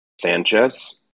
Sanchez